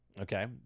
okay